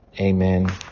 Amen